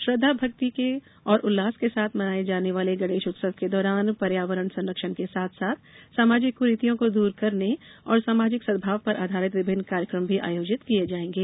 श्रद्वाभक्ति और उल्लास के साथ मनाये जाने वाले गणेश उत्सव के दौरान पर्यावरण संरक्षण के साथ साथ सामाजिक क्रीतियों को दूर करने और सामाजिक सद्भाव पर आधारित विभिन्न कार्यक्रम भी आयोजित किये जायेंगे